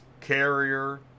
carrier